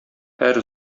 һәр